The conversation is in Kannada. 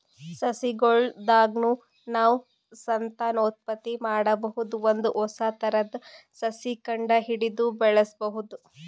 ಸಸಿಗೊಳ್ ದಾಗ್ನು ನಾವ್ ಸಂತಾನೋತ್ಪತ್ತಿ ಮಾಡಬಹುದ್ ಒಂದ್ ಹೊಸ ಥರದ್ ಸಸಿ ಕಂಡಹಿಡದು ಬೆಳ್ಸಬಹುದ್